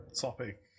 topic